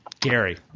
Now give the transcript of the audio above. Gary